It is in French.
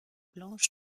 blanche